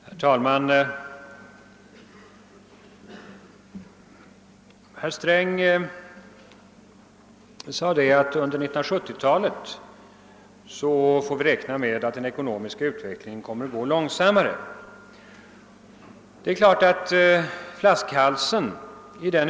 Herr talman! Herr Sträng sade att vi får räkna med att den ekonomiska utvecklingen kommer att gå långsammare under 1970-talet.